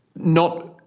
not,